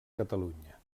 catalunya